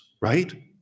right